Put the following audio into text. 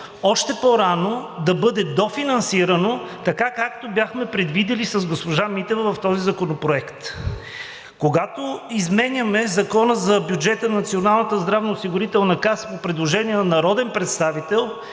още по-рано да бъде дофинансирано, така както бяхме предвидили с госпожа Митева в този законопроект. Когато изменяме Закона за бюджета на Националната здравноосигурителна